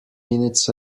minutes